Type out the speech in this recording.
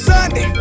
Sunday